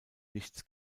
nichts